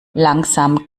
langsam